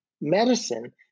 medicine